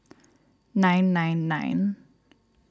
nine nine nine